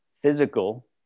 physical